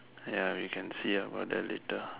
ya we can see about that later